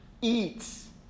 eats